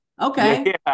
Okay